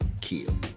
kill